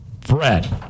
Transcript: Fred